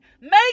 Make